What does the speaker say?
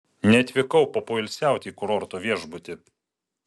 neatvykau papoilsiauti į kurorto viešbutį